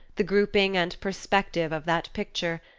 the grouping and perspective of that picture,